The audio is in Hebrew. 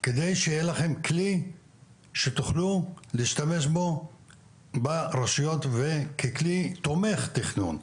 על מנת שיהיה להם כלי שתוכלו להשתמש בו ברשויות וככלי תומך תכנון.